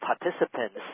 participants